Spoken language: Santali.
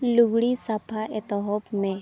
ᱞᱩᱜᱽᱲᱤ ᱥᱟᱯᱷᱟ ᱮᱛᱚᱦᱚᱵᱽ ᱢᱮ